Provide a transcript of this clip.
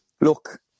look